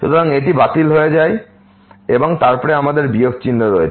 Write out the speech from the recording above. সুতরাং এটি বাতিল হয়ে যায় এবং তারপরে আমাদের বিয়োগ চিহ্ন রয়েছে